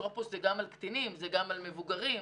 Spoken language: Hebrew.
אפוטרופוס ממונה גם על קטינים וגם על מבוגרים.